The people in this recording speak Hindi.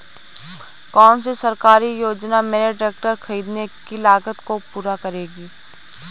कौन सी सरकारी योजना मेरे ट्रैक्टर ख़रीदने की लागत को पूरा करेगी?